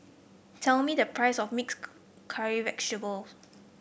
tell me the price of mixed cu curry vegetable